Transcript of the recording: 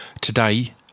today